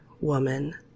woman